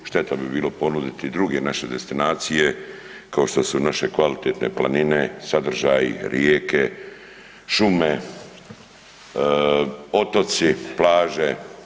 Šteta bi bilo ponuditi druge naše destinacije kao što su naše kvalitetne planine, sadržaji, rijeke, šume, otoci, plaže.